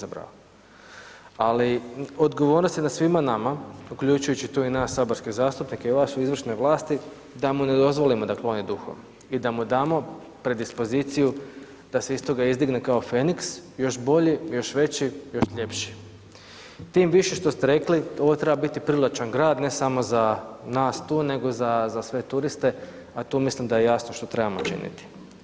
Ali odgovornost je na svima nama uključujući tu i nas saborske zastupnike i vas u izvršnoj vlasti da mu ne dozvolimo da kloni duhom i da mu damo predispoziciju da se iz toga izdigne kao feniks još bolji, još veći, još ljepši, tim više što ste rekli ovo treba biti privlačan grad ne samo za nas tu nego za sve turiste, a tu mislim da je jasno što trebamo činiti.